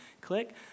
click